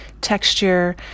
texture